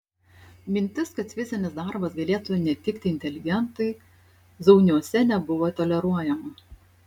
mintis kad fizinis darbas galėtų netikti inteligentui zauniuose nebuvo toleruojama